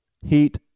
heat